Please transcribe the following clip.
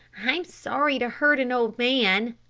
i'm sorry to hurt an old man.